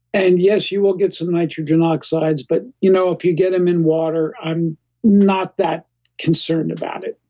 and yes, you will get some nitrogen oxides but you know if you get them in water, i'm not that concerned about it,